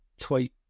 tweet